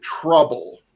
trouble